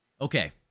okay